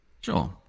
Sure